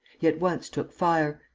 he at once took fire.